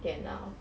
电脑